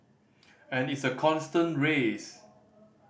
and it's a constant race